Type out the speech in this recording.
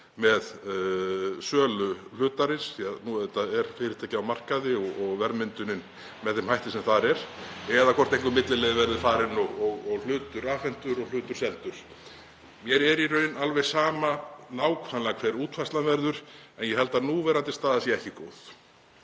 með sölu hlutarins, því að nú auðvitað er fyrirtækið á markaði og verðmyndunin með þeim hætti sem þar er, eða hvort einhver millileið verður farin og hlutur afhentur og hlutur seldur. Mér er í raun alveg sama nákvæmlega hver útfærslan verður en ég held að núverandi staða sé ekki góð.